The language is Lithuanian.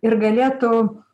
ir galėtų